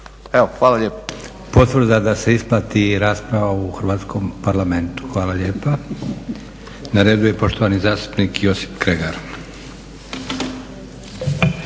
Josip (SDP)** Potvrda da se isplati rasprava u Hrvatskom parlamentu. Hvala lijepa. Na redu je poštovani zastupnik Josip Kregar.